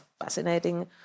fascinating